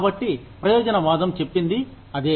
కాబట్టి ప్రయోజనవాదం చెప్పింది అదే